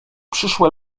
przyszłe